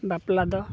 ᱵᱟᱯᱞᱟ ᱫᱚ